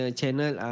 channel